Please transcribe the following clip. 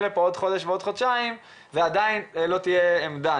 עוד חודש ועוד חודשיים ועדיין לא תהיה עמדה.